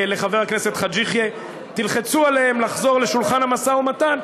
לחבר הכנסת חאג' יחיא: תלחצו עליהם לחזור לשולחן המשא-ומתן,